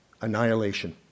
annihilation